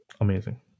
amazing